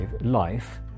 life